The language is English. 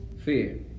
Fear